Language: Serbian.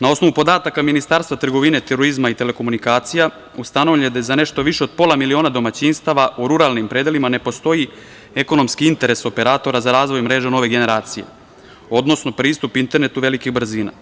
Na osnovu podataka Ministarstva trgovine, turizma i telekomunikacija ustanovljeno je da je za nešto više od pola miliona domaćinstava u ruralnim predelima ne postoji ekonomski interes operatora za razvoj mreža nove generacije, odnosno pristup internetu velikih brzina.